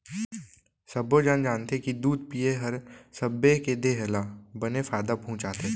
सब्बो झन जानथें कि दूद पिए हर सबे के देह ल बने फायदा पहुँचाथे